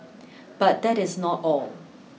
but that is not all